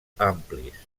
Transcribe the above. amplis